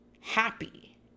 happy